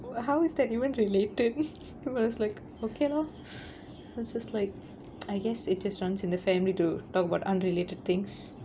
how is that even related I was like okay lor I was just like I guess it just runs in the family to talk about unrelated things